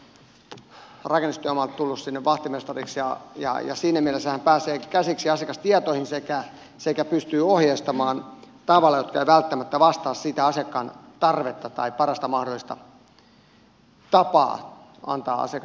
hän voi olla ihan mistä tahansa rakennustyömaalta tullut sinne vahtimestariksi ja siinä mielessä hän pääsee käsiksi asiakastietoihin sekä pystyy ohjeistamaan tavalla joka ei välttämättä vastaa sitä asiakkaan tarvetta tai parasta mahdollista tapaa antaa asiakaspalvelua